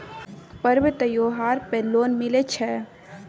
पर्व त्योहार पर लोन मिले छै?